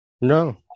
No